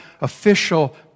official